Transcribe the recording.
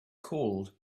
called